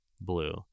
blue